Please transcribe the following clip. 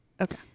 Okay